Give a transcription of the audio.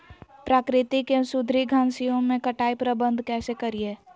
प्राकृतिक एवं सुधरी घासनियों में कटाई प्रबन्ध कैसे करीये?